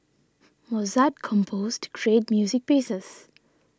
Mozart composed treat music pieces